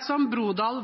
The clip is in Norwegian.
som Brodal